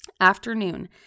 afternoon